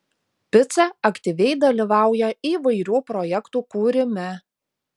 pica aktyviai dalyvauja įvairių projektų kūrime